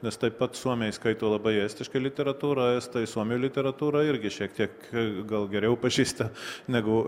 nes taip pat suomiai skaito labai estišką literatūrą estai suomių literatūra irgi šiek tiek gal geriau pažįsta negu